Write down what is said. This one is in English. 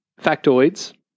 Factoids